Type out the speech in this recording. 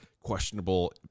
questionable